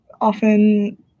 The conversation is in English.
often